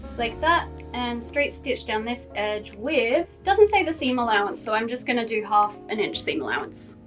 like that and straight stitch down this edge with, doesn't say the seam allowance, so i'm just going to do half an inch seam allowance.